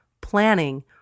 planning